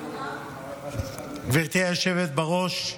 גברתי היושבת בראש,